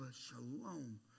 Shalom